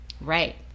Right